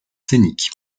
scénique